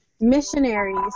missionaries